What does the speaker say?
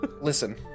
Listen